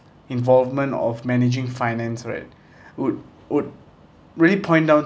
involvement of managing finance right would would really point down